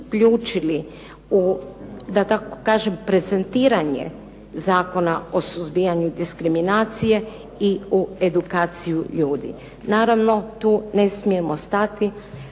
uključili u, da tako kažem, prezentiranje Zakona o suzbijanju diskriminacije i u edukaciju ljudi. Naravno tu ne smijemo stati.